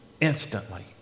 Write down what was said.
instantly